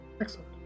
excellent